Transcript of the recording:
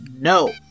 No